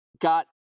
got